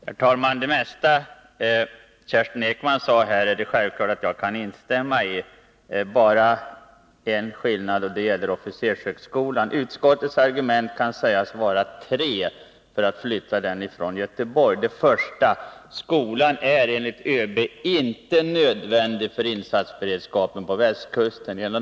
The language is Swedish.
Herr talman! Det är självklart att jag kan instämma i det mesta av vad Kerstin Ekman sade. Det är bara en skillnad, och den gäller officershögskolan. Utskottets argument för att flytta den från Göteborg kan sägas vara tre: Det första argumentet är att skolan, enligt ÖB, inte är nödvändig för insatsberedskapen på västkusten.